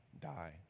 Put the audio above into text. die